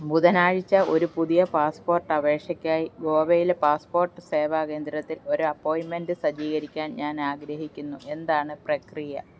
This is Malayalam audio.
ബുധനാഴ്ച്ച ഒരു പുതിയ പാസ്പോർട്ട് അപേക്ഷയ്ക്കായി ഗോവയിലെ പാസ്പോർട്ട് സേവാ കേന്ദ്രത്തിൽ ഒരു അപ്പോയിൻറ്മെൻറ് സജ്ജീകരിക്കാൻ ഞാൻ ആഗ്രഹിക്കുന്നു എന്താണ് പ്രക്രിയ